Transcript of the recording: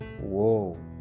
whoa